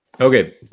Okay